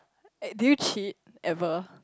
uh do you cheat ever